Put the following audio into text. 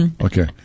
Okay